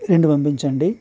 రెండు పంపించండి